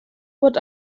what